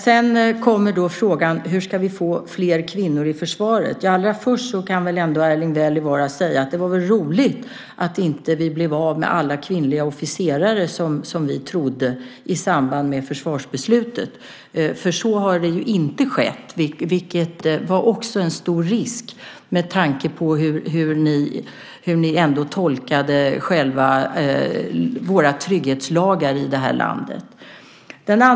Sedan kommer frågan hur vi ska få fler kvinnor i försvaret. Allra först kan väl Erling Wälivaara ändå säga att det var roligt att vi inte blev av med alla kvinnliga officerare, som ni trodde, i samband med försvarsbeslutet. Så har ju inte skett. Det var en stor risk, med tanke på hur ni tolkade våra trygghetslagar i det här landet.